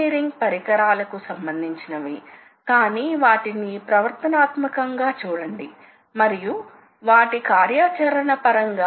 మరియు తయారీ యొక్క ఖచ్చితత్వాన్న ప్రభావితం చేసే బ్యాక్ లాష్ వంటివి కనిష్టీకరించబడతాయి